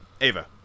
Ava